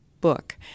book